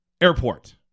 Airport